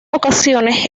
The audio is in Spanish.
ocasiones